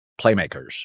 playmakers